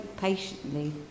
patiently